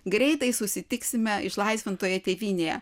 greitai susitiksime išlaisvintoje tėvynėje